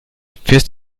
fährst